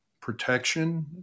protection